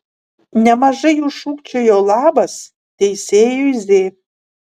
nemažai jų šūkčiojo labas teisėjui z